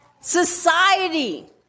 Society